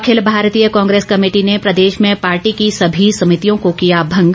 अखिल भारतीय कांग्रेस कमेटी ने प्रदेश में पार्टी की सभी समितियों को किया भंग